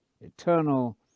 eternal